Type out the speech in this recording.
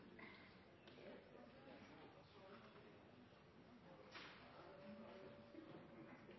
at den var